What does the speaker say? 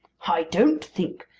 i don't think,